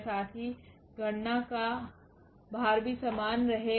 साथ ही गणना का भार भी समान रहेगा